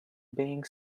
being